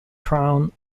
crown